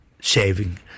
saving